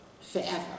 forever